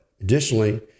Additionally